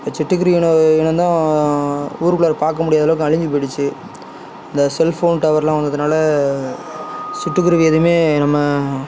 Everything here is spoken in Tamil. இப்போ சிட்டுக்குருவி இனம் இனம்தான் ஊருக்குள்ளாற பார்க்கமுடியாத அளவுக்கு அழிஞ்சு போயிடுச்சு அந்த செல்ஃபோன் டவர்லாம் வந்ததுனால் சிட்டுக்குருவி எதுவுமே நம்ம